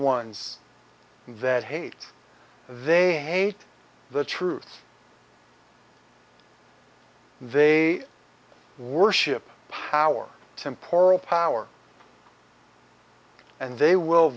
ones that hate they hate the truth they worship power tempore power and they will